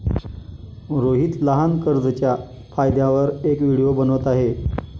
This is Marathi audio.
रोहित लहान कर्जच्या फायद्यांवर एक व्हिडिओ बनवत आहे